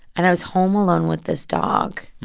and i was home alone with this dog.